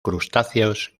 crustáceos